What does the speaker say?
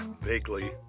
vaguely